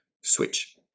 switch